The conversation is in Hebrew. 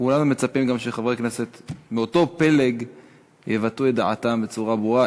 כולנו מצפים גם שחברי כנסת מאותו פלג יבטאו את דעתם בצורה ברורה,